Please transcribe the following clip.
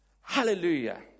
Hallelujah